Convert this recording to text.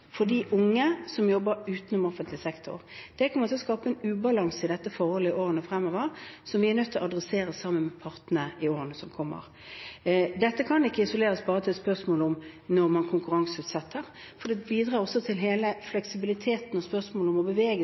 for de unge som jobber utenom offentlig sektor. Det kommer til å skape en ubalanse i dette forholdet i årene fremover, som vi er nødt til å adressere sammen med partene i årene som kommer. Dette kan ikke isoleres bare til et spørsmål om når man konkurranseutsetter, for det bidrar også til hele fleksibiliteten og spørsmålet om å